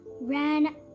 ran